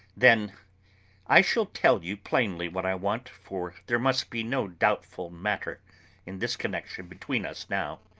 then i shall tell you plainly what i want, for there must be no doubtful matter in this connection between us now.